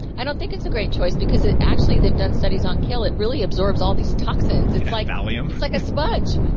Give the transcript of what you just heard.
i don't think it's a great choice because actually they've done studies on kale. it really absorbs all these toxins. it's like ah like um like a sponge